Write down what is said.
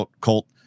Colt